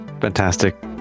Fantastic